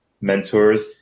mentors